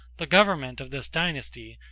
the government of this dynasty,